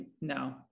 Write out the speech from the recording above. no